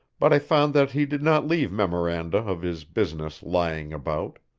but i found that he did not leave memoranda of his business lying about.